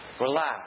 Relax